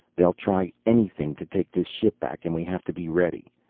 they'll try anything to take this ship back and we have to be ready.